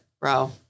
bro